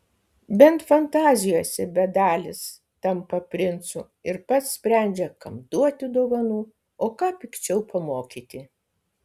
bent fantazijose bedalis tampa princu ir pats sprendžia kam duoti dovanų o ką pikčiau pamokyti